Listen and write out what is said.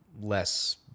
less